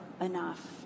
enough